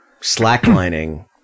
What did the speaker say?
slacklining